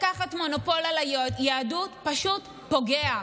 שהניסיון הזה לקחת מונופול על היהדות פשוט פוגע,